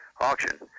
auction